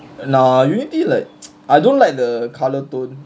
nah unity like I don't like the colour tone